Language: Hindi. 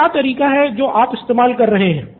तो क्या तरीका है जो आप इस्तेमाल कर रहे हैं